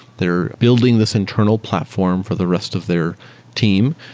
they're building this internal platform for the rest of their team.